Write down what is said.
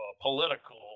political